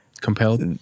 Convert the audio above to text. compelled